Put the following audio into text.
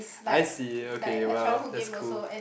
I see okay !wow! that's cool